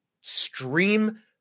stream